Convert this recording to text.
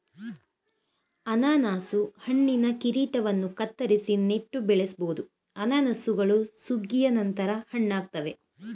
ಅನನಾಸು ಹಣ್ಣಿನ ಕಿರೀಟವನ್ನು ಕತ್ತರಿಸಿ ನೆಟ್ಟು ಬೆಳೆಸ್ಬೋದು ಅನಾನಸುಗಳು ಸುಗ್ಗಿಯ ನಂತರ ಹಣ್ಣಾಗ್ತವೆ